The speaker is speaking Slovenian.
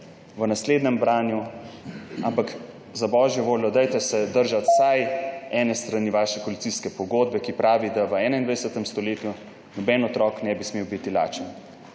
v naslednjem branju, ampak, za božjo voljo, dajte se držati vsaj ene strani vaše koalicijske pogodbe, ki pravi, da v 21. stoletju noben otrok ne bi smel biti lačen.